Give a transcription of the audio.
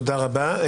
תודה רבה.